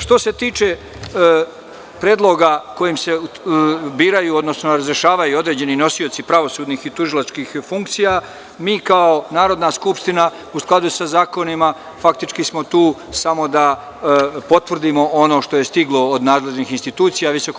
Što se tiče predloga kojim se biraju, odnosno razrešavaju određeni nosioci pravosudnih i tužilačkih funkcija, mi kao Narodna skupština u skladu sa zakonima, faktički smo tu samo da potvrdimo ono što je stiglo od nadležnih institucija VSS,